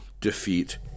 defeat